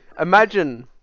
Imagine